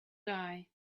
die